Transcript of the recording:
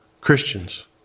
Christians